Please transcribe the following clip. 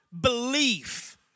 belief